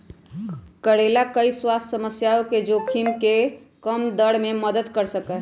करेला कई स्वास्थ्य समस्याओं के जोखिम के कम करे में मदद कर सका हई